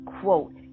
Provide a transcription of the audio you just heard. quote